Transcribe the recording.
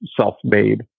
self-made